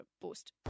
post